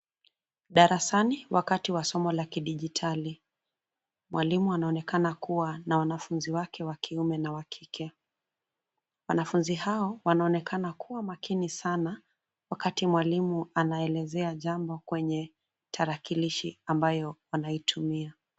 Darasani wakati wa somo la kidijitali. Mwalimu anaonekana kuwa na wanafunzi wake wa kiume na wa kike. Wanafunzi hao wanaonekana kuwa makini sana wakati mwalimu anaeleza jambo kwenye tarakilishia ambayo anaitumia.